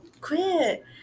quit